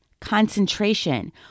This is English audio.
concentration